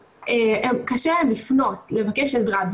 קשה להם לפנות לבקש עזרה.